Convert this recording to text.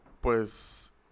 pues